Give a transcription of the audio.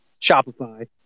Shopify